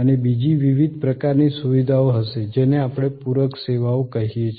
અને બીજી વિવિધ પ્રકારની સુવિધા હશે જેને આપણે પૂરક સેવાઓ કહીએ છીએ